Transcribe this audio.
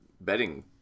betting